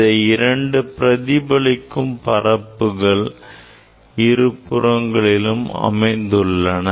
இந்த இரண்டு பிரதிபலிக்கும் பரப்புகள் இருபுறங்களிலும் அமைந்துள்ளன